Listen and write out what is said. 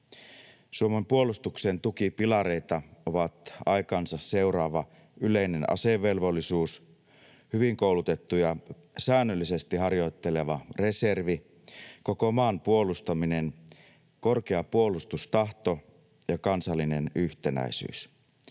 Suomen puolustuksen tukipilareita ovat aikaansa seuraava yleinen asevelvollisuus, hyvin koulutettu ja säännöllisesti harjoitteleva reservi, koko maan puolustaminen, korkea puolustustahto ja kansallinen yhtenäisyys.